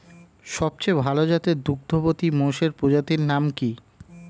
সবচেয়ে ভাল জাতের দুগ্ধবতী মোষের প্রজাতির নাম কি?